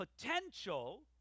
potential